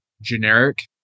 generic